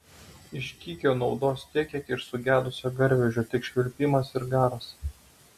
iš gykio naudos tiek kiek iš sugedusio garvežio tik švilpimas ir garas